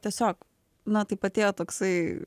tiesiog na taip atėjo toksai